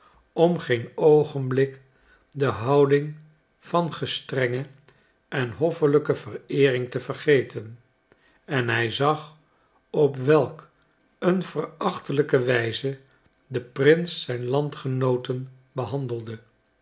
om geen oogenblik de houding van gestrenge en hoffelijke vereering te vergeten en hij zag op welk een verachtelijke wijze de prins zijn landgenooten behandelde